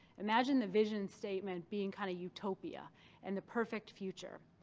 imagine the vision statement being kind of utopia and the perfect future.